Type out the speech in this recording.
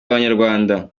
b’abanyarwanda